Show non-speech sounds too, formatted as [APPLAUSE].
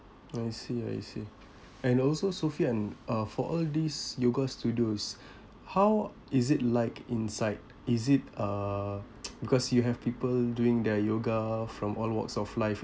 I see I see and also sophian uh for all these yoga studios how is it like inside is it uh [NOISE] because you have people doing their yoga from all walks of life